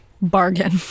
bargain